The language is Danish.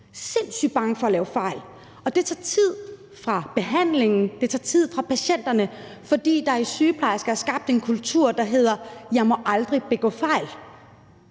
sindssyg bange for at lave fejl. Det tager tid fra behandlingen, og det tager tid fra patienterne, fordi der blandt sygeplejersker er skabt en kultur, der hedder: Jeg må aldrig begå fejl.